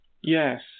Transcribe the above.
Yes